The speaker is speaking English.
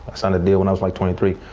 signed the deal when i was like twenty three.